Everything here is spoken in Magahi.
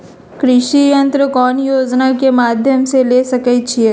कृषि यंत्र कौन योजना के माध्यम से ले सकैछिए?